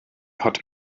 hat